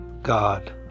God